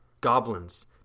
Goblins